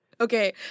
Okay